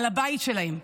על הבית שלהן.